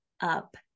up